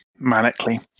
manically